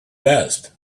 dust